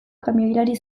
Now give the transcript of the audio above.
kamioilari